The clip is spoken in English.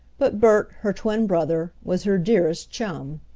but bert, her twin brother, was her dearest chum,